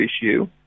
issue